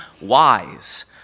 wise